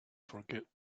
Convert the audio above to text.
forget